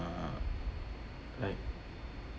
uh like